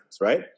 right